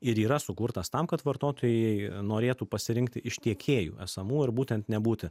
ir yra sukurtas tam kad vartotojai norėtų pasirinkti iš tiekėjų esamų ir būtent nebūti